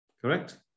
Correct